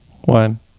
one